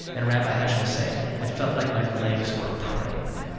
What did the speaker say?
and rabbi heschel saying, i felt like my legs were praying.